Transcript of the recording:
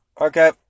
okay